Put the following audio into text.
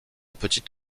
petit